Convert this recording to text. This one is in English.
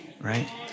Right